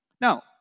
Now